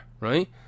right